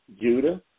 Judah